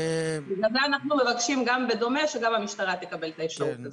בגלל זה אנחנו מבקשים גם בדומה שגם המשטרה תקבל את האפשרות הזאת.